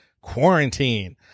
quarantine